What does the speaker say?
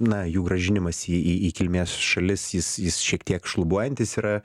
na jų grąžinimas į į į kilmės šalis jis jis šiek tiek šlubuojantis yra